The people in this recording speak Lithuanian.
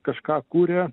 kažką kuria